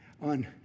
on